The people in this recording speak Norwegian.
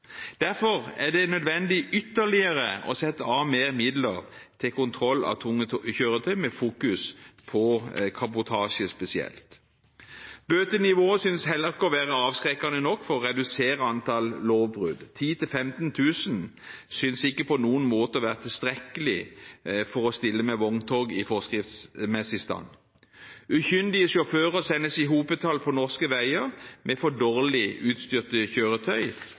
Derfor er det nødvendig å sette av ytterligere midler til kontroll av tunge kjøretøyer med fokusering på kabotasje spesielt. Bøtenivået synes heller ikke å være avskrekkende nok for å redusere antall lovbrudd. 10 000–15 000 kr synes ikke på noen måte å være tilstrekkelig for ikke å stille med vogntog i forskriftsmessig stand. Ukyndige sjåfører sendes i hopetall ut på norske veier med for dårlig utstyrte kjøretøy,